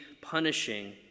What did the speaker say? punishing